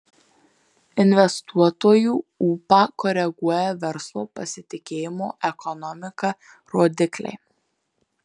investuotojų ūpą koreguoja verslo pasitikėjimo ekonomika rodikliai